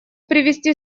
привести